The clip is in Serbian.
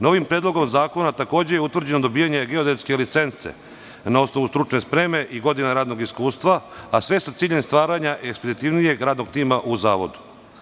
Novim Predlogom zakona takođe je utvrđeno dobijanje geodetske licence na osnovu stručne spreme i godina radnog iskustva, a sve sa ciljem stvaranja ekspeditivnijeg radnog tima u zavodu.